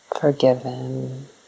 Forgiven